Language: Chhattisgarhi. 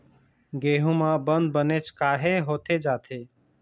गेहूं म बंद बनेच काहे होथे जाथे?